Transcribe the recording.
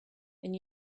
and